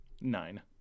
Nine